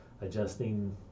adjusting